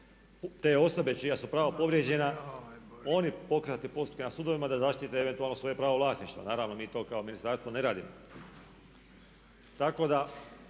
te osobe čija su prava povrijeđena oni pokretati postupke na sudovima da zaštite eventualno svoje pravo vlasništva. Naravno mi to kao ministarstvo ne radimo. Tako da